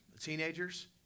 Teenagers